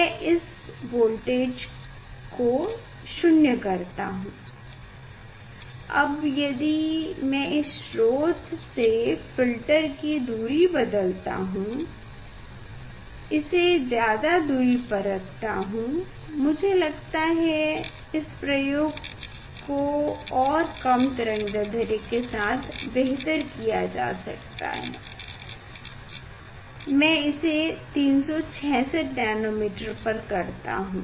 मैं इस वोल्टेज को 0 करता हूँ अब यदि मैं इस स्रोत से फ़िल्टर की दूरी बदलता हूँ इसे ज्यादा दूरी पर रखते हैं मुझे लगता है इस प्रयोग को और कम तरंगदैढ्र्यके साथ बेहतर किया जा सकता है मैं इसे 366nm पर करता हूँ